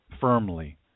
firmly